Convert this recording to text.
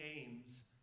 aims